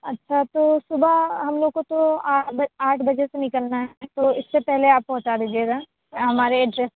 اچھا تو صُبح ہم لوگوں کو تو آٹھ بجے سے نکلنا ہے تو اِس سے پہلے آپ پہنچا دیجیے گا ہمارے ایڈریس